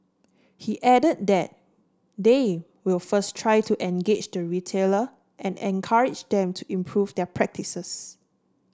he added that they will first try to engage the retailer and encourage them to improve their practices